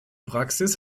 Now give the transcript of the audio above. praxis